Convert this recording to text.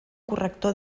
corrector